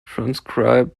transcribed